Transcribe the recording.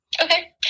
Okay